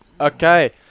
Okay